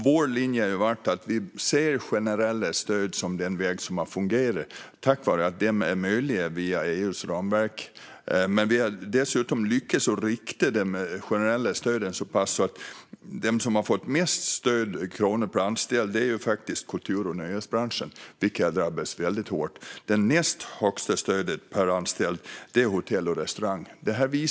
Vår linje har varit att vi ser generella stöd som den väg som har fungerat tack vare att de är möjliga via EU:s ramverk. Vi har dessutom lyckats rikta de generella stöden så att de som har fått mest stöd i kronor per anställd är kultur och nöjesbranschen, som har drabbats väldigt hårt. Näst mest stöd per anställd har hotell och restaurangbranschen fått.